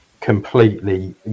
completely